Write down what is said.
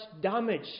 damage